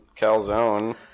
calzone